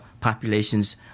populations